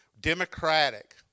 Democratic